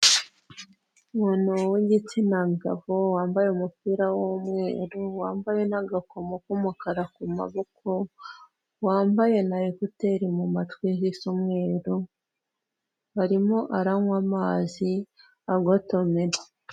Umuntu w'igitsina gabo wambaye umupira w'umweru, wambaye n'agakomo k'umukara ku maboko, wambaye na ekuteri mu matwi zisa umweru, arimo aranywa amazi agotomera.